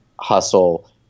hustle